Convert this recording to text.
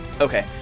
Okay